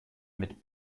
mit